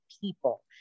people